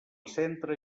centre